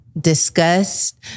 discussed